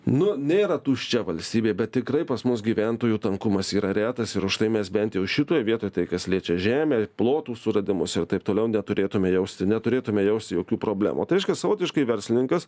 nu nėra tuščia valstybė bet tikrai pas mus gyventojų tankumas yra retas ir užtai mes bent jau šitoj vietoj tai kas liečia žemę plotų suradimus ir taip toliau neturėtume jausti neturėtume jausti jokių problemų o tai reiška savotiškai verslininkas